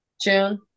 June